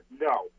No